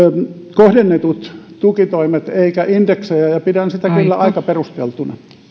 kohdennetut tukitoimet eikä indeksejä ja pidän sitä kyllä aika perusteltuna